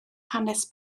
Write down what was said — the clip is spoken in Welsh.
hanes